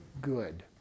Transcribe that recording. good